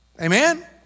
Amen